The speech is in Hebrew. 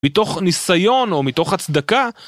מתוך ניסיון, או מתוך הצדקה.